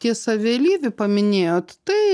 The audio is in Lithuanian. tiesa vėlyvį paminėjot tai